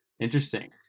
Interesting